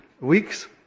weeks